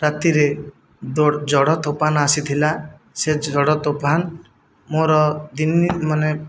ରାତିରେ ଜଡ଼ ତୋଫାନ ଆସିଥିଲା ସେ ଝଡ଼ ତୋଫାନ ମୋର ଦିନି ମାନେ